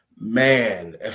Man